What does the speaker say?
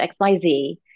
xyz